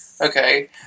Okay